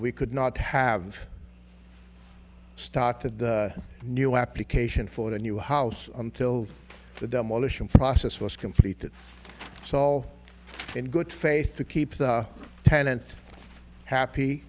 we could not have started the new application for the new house until the demolition process was completed so in good faith to keep the tenant happy